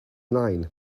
nine